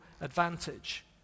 advantage